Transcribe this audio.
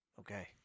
Okay